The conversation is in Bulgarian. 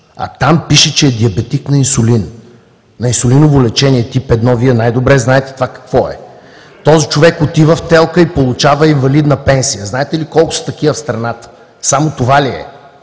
А там пише, че е диабетик на инсулин! На инсулиново лечение тип 1 – Вие най-добре знаете това какво е. Този човек отива в ТЕЛК-а и получава инвалидна пенсия. Знаете ли колко са такива в страната? Само това ли е?